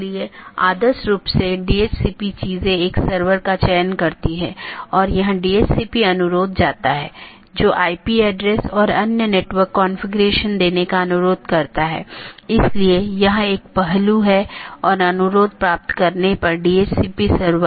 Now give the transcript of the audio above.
इसलिए आप देखते हैं कि एक BGP राउटर या सहकर्मी डिवाइस के साथ कनेक्शन होता है यह अधिसूचित किया जाता है और फिर कनेक्शन बंद कर दिया जाता है और अंत में सभी संसाधन छोड़ दिए जाते हैं